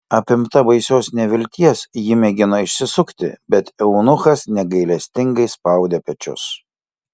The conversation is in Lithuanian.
apimta baisios nevilties ji mėgino išsisukti bet eunuchas negailestingai spaudė pečius